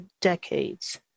decades